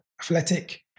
athletic